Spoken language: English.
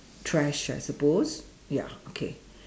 trash I suppose ya okay